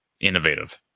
innovative